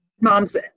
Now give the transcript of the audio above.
moms